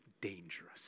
dangerous